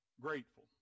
grateful